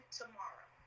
tomorrow